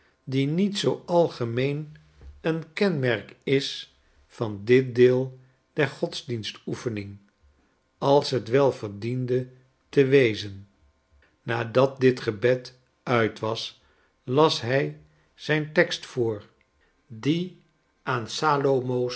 die niet zoo algemeen een kenmerk is van dit deel der godsdienstoefening als t wel diende te wezen nadat dit gebed uit was las hij zijn tekst voor die aan